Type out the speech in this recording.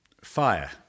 Fire